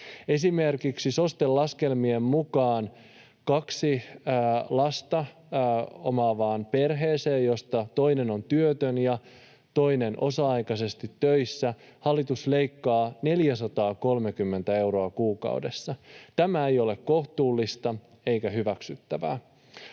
Esimerkiksi SOSTEn laskelmien mukaan kaksi lasta omaavalta perheeltä, jossa toinen vanhempi on työtön ja toinen osa-aikaisesti töissä, hallitus leikkaa 430 euroa kuukaudessa. Tämä ei ole kohtuullista eikä hyväksyttävää.